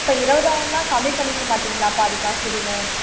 இப்ப இருவதாயிரம்னா கம்மி பண்ணிக்கமாட்டிங்களா பாதி காசு எதுவும்